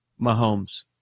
Mahomes